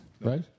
right